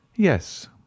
yes